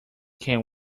can